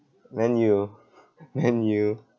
man U man U